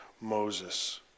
Moses